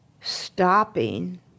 stopping